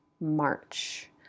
March